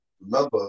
Remember